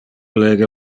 lege